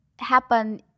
happen